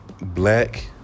black